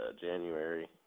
January